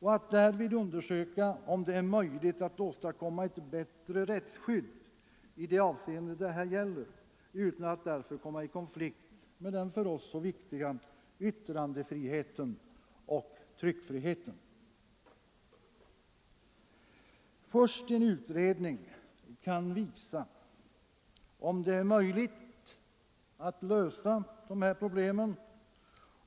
Man bör därvid undersöka om det är möjligt att åstadkomma ett bättre rättsskydd utan att därför komma i konflikt med den för oss så viktiga yttrandefriheten och tryckfriheten. Först en utredning kan visa om det är möjligt att lösa de här problemen,